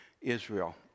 Israel